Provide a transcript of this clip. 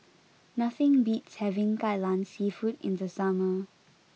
nothing beats having Kai Lan seafood in the summer